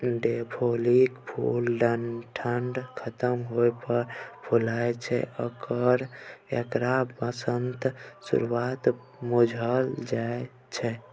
डेफोडिलकेँ फुल ठंढा खत्म होइ पर फुलाय छै आ एकरा बसंतक शुरुआत बुझल जाइ छै